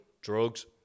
drugs